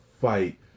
fight